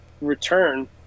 return